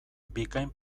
bikain